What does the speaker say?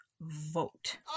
vote